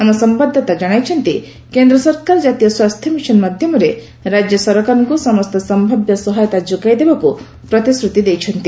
ଆମ ସମ୍ଭାଦଦାତା କ୍ଷଣାଇଛନ୍ତି କେନ୍ଦ୍ର ସରକାର ଜାତୀୟ ସ୍ୱାସ୍ଥ୍ୟ ମିଶନ ମାଧ୍ୟମରେ ରାଜ୍ୟ ସରକାରଙ୍କୁ ସମସ୍ତ ସମ୍ଭାବ୍ୟ ସହାୟତା ଯୋଗାଇଦେବାକୁ ପ୍ରତିଶ୍ରୁତି ଦେଇଛନ୍ତି